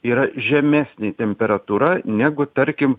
yra žemesnė temperatūra negu tarkim